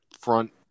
front